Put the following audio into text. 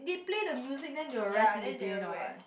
they play the music then they will rest in between what